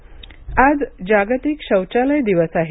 शौचालय दिन आज जागतिक शौचालय दिवस आहे